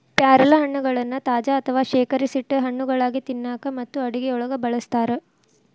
ಪ್ಯಾರಲಹಣ್ಣಗಳನ್ನ ತಾಜಾ ಅಥವಾ ಶೇಖರಿಸಿಟ್ಟ ಹಣ್ಣುಗಳಾಗಿ ತಿನ್ನಾಕ ಮತ್ತು ಅಡುಗೆಯೊಳಗ ಬಳಸ್ತಾರ